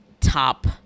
top